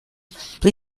please